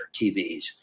TVs